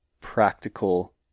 practical